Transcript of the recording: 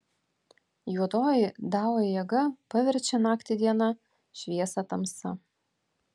juodoji dao jėga paverčia naktį diena šviesą tamsa